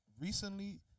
recently